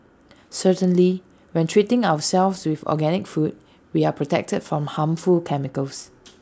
certainly when treating ourselves with organic food we are protected from harmful chemicals